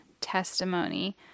testimony